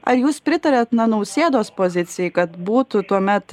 ar jūs pritariat na nausėdos pozicijai kad būtų tuomet